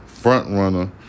frontrunner